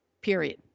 Period